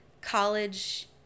college